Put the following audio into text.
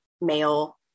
male